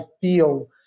feel